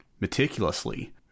meticulously